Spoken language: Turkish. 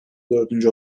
dördüncü